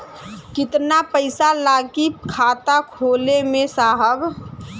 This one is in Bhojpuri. कितना पइसा लागि खाता खोले में साहब?